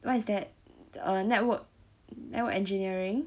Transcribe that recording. what is that the network network engineering